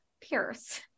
Pierce